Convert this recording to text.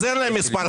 אז אין להם מספר,